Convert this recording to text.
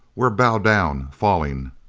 we're bow down. falling!